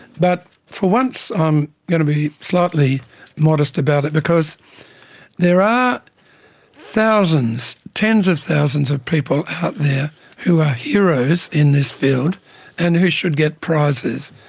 but for once i'm going to be slightly modest about it because there are thousands, tens of thousands of people out there who are heroes in this field and who should get prizes.